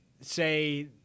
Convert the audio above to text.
say